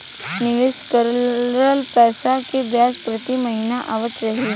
निवेश करल पैसा के ब्याज प्रति महीना आवत रही?